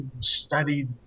studied